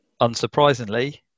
unsurprisingly